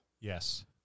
Yes